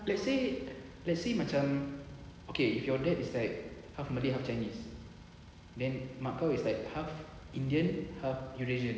let's say let's say macam okay if your dad is like half malay half chinese then mak kau is like half indian half eurasian